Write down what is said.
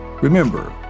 Remember